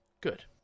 Good